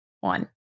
one